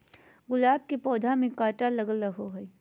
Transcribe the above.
गुलाब के पौधा में काटा लगल रहो हय